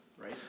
right